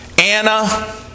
Anna